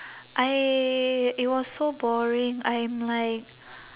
I it was so boring I am like